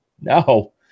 no